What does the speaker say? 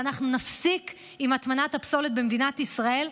ואנחנו נפסיק עם הטמנת הפסולת במדינת ישראל.